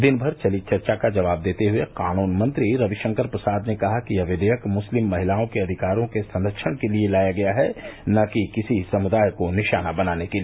दिनभर चली चर्चा का जवाब देते हुए कानून मंत्री रविशंकर प्रसाद कहा कि यह विधेयक मुस्लिम महिलाओं के अधिकारों के संरक्षण के लिए लाया गया है न कि किसी समूदाय को निशाना बनाने के लिए